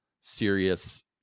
serious